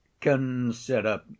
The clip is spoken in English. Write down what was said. Consider